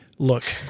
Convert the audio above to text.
Look